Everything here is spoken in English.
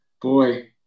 boy